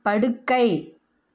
படுக்கை